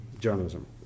journalism